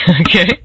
Okay